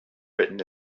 written